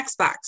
Xbox